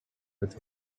with